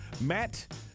Matt